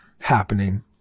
happening